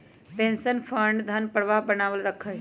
pension fund धन प्रवाह बनावल रखा हई